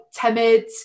timid